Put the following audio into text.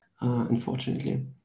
unfortunately